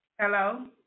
Hello